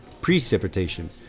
precipitation